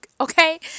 Okay